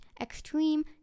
extreme